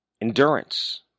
Endurance